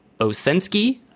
Osensky